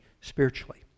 spiritually